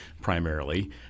primarily